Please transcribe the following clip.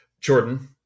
jordan